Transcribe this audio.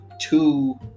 Two